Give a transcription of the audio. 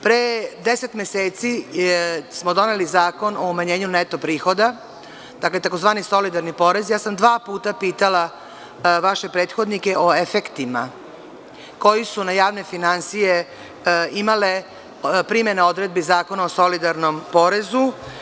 Pre 10 meseci smo doneli Zakon o umanjenju neto prihoda, tzv. „solidarni porez“, ja sam dva puta pitala vaše prethodnike o efektima koji su na javne finansije imale primene odredbi Zakona o solidarnom porezu?